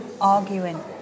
arguing